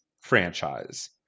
franchise